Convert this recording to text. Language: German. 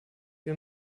wir